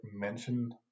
mention